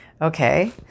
Okay